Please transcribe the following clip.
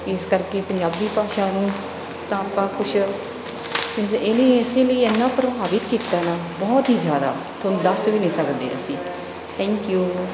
ਇਸ ਕਰਕੇ ਪੰਜਾਬੀ ਭਾਸ਼ਾ ਨੂੰ ਤਾਂ ਆਪਾਂ ਕੁਝ ਮੀਨਜ਼ ਇਹ ਨੇ ਇਸੇ ਲਈ ਇੰਨਾਂ ਪ੍ਰਭਾਵਿਤ ਕੀਤਾ ਨਾ ਬਹੁਤ ਹੀ ਜ਼ਿਆਦਾ ਤੁਹਾਨੂੰ ਦੱਸ ਵੀ ਨਹੀਂ ਸਕਦੇ ਅਸੀਂ ਥੈਂਕ ਯੂ